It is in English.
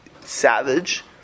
savage